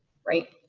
right?